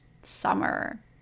summer